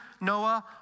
Noah